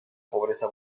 pobreza